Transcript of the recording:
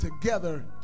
together